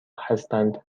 هستند